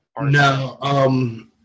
No